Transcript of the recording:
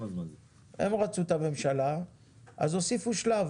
הם רצו את הממשלה אז הוסיפו שלב.